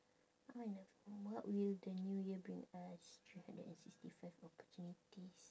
what will the new year bring us three hundred and sixty five opportunities